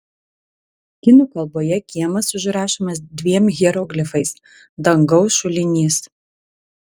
kinų kalboje kiemas užrašomas dviem hieroglifais dangaus šulinys